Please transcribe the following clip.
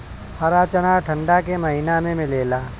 हरा चना ठंडा के महिना में मिलेला